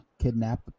kidnap